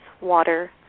water